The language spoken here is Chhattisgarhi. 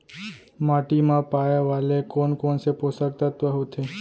माटी मा पाए वाले कोन कोन से पोसक तत्व होथे?